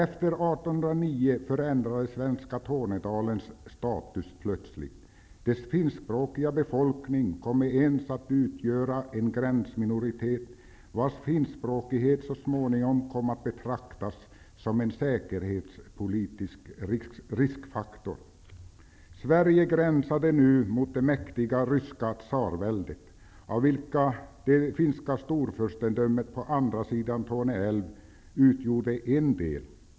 Efter 1809 förändrades svenska Tornedalens status plötsligt. Dess finskspråkiga befolkning kom med ens att utgöra en gränsminoritet, vars finskspråkighet så småningom kom att betraktas som en säkerhetspolitisk riskfaktor. Sverige gränsade nu mot det mäktiga ryska tsarväldet, av vilket det finska storfurstendömet på andra sidan Torneälven utgjorde en del.